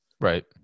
right